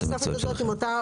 שומרים את התוספת הזאת עם אותה,